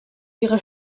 ihre